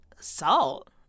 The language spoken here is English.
Salt